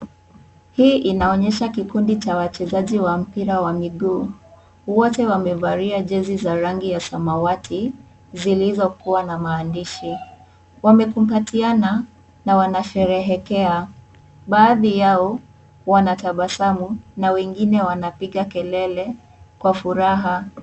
Hii inaonyesha kikundi cha wachezaji wa mpira wa miguu. Wote amevalia jezi za rangi ya samati zilizokuwa na maandishi. Wamekumbatiana na wanasherehekea. Baadhi yao wanatabasamu na wengine wanapiga kelele kwa furaha.